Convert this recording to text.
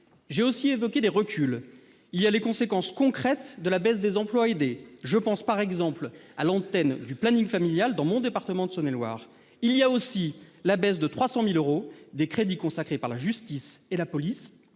J'ai aussi évoqué des reculs. Il y a les conséquences concrètes de la baisse des emplois aidés- je pense, par exemple, à l'antenne du planning familial dans mon département de Saône-et-Loire. Il y a aussi la baisse de 300 000 euros des crédits consacrés par la justice et la police